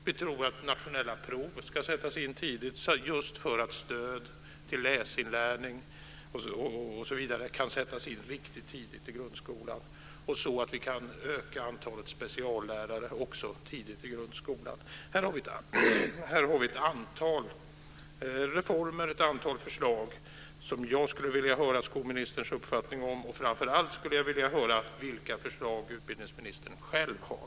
Vi tror att nationella prov ska sättas in tidigt, just för att stöd till läsinlärning osv. kan sättas in riktigt tidigt i grundskolan och så att vi också kan öka antalet speciallärare tidigt i grundskolan. Här har vi ett antal reformer och förslag som jag skulle vilja höra skolministerns uppfattning om. Framför allt skulle jag vilja höra vilka förslag ministern själv har.